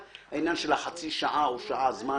העניין של שעה או חצי שעה זמן